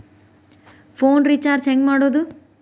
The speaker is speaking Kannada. ಫೋನ್ ರಿಚಾರ್ಜ್ ಹೆಂಗೆ ಮಾಡೋದು?